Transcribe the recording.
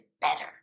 better